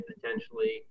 potentially